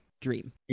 dream